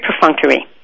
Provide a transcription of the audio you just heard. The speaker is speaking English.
perfunctory